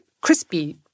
crispy